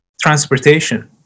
transportation